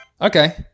Okay